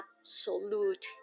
absolute